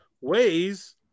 ways